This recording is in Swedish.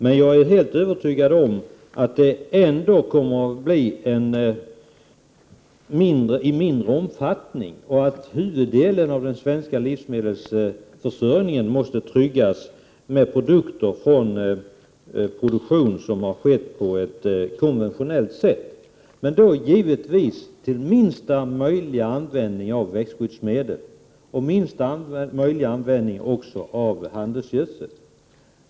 Men jag är rätt övertygad om att det ändå kommer att ske i mindre omfattning och att huvuddelen av den svenska livsmedelsförsörjningen måste tryggas med produkter som har producerats på ett konventionellt sätt. Men den produktionen skall givetvis ske med minsta möjliga användning av växtskyddsmedel och handelsgödsel.